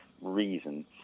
reason